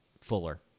Fuller